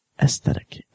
Aesthetic